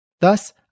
Thus